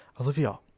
Olivia